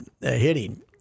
hitting